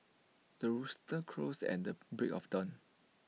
the rooster crows at the break of dawn